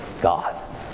God